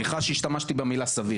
סליחה שהשתמשתי במילה "סביר".